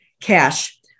cash